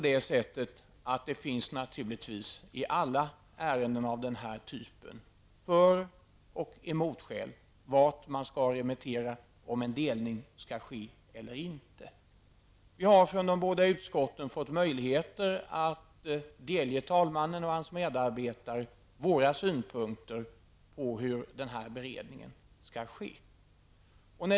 Det finns naturligtvis i alla ärenden av den här typen skäl för och emot vart man skall remittera, om delning skall ske eller ej. Vi har i de båda utskotten fått möjlighet att delge talmannen och hans medarbetare våra synpunkter på hur den här beredningen skall ske.